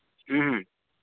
ᱦᱩᱸ ᱦᱩᱸ